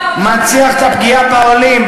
מנציח את הפגיעה בעולים,